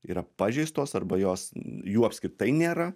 yra pažeistos arba jos jų apskritai nėra